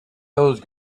those